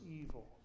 evil